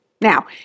Now